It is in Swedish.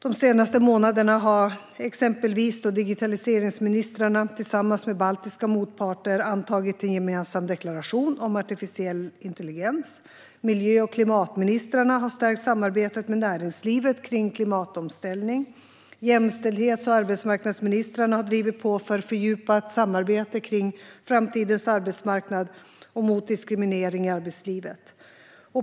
De senaste månaderna har exempelvis digitaliseringsministrarna tillsammans med sina baltiska motparter antagit en gemensam deklaration om artificiell intelligens, miljö och klimatministrarna har stärkt samarbetet med näringslivet när det gäller klimatomställning och jämställdhets och arbetsmarknadsministrarna har drivit på för fördjupat samarbete kring framtidens arbetsmarknad och mot diskriminering i arbetslivet.